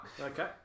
okay